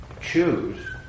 choose